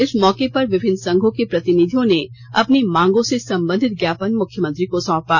इस मौके पर विभिन्न संघों के प्रतिनिधियों ने अपनी मांगों से संबंधित ज्ञापन मुख्यमंत्री को सौंपा